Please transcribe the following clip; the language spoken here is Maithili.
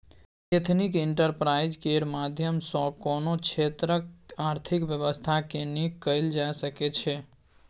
एथनिक एंटरप्राइज केर माध्यम सँ कोनो क्षेत्रक आर्थिक बेबस्था केँ नीक कएल जा सकै छै